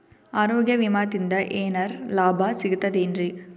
ಆರೋಗ್ಯ ವಿಮಾದಿಂದ ಏನರ್ ಲಾಭ ಸಿಗತದೇನ್ರಿ?